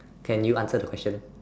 can you answer the question